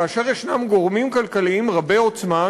כאשר יש גורמים כלכליים רבי-עוצמה,